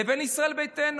לבין ישראל ביתנו: